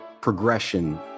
progression